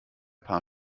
paar